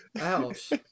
Ouch